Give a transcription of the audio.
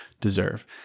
deserve